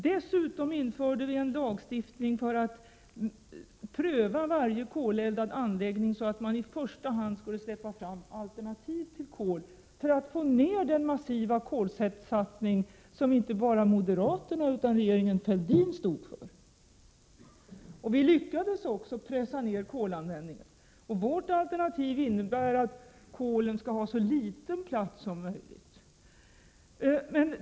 Dessutom införde vi en lagstiftning om prövning av varje koleldad anläggning, så att man i första hand skulle släppa fram alternativ till kol för att få ned den massiva kolsatsning som inte bara moderaterna utan regeringen Fälldin stod för. Vi lyckades också pressa ned kolanvändningen. Vårt alternativ innebär att kolet skall ha så liten plats som möjligt.